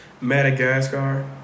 Madagascar